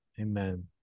Amen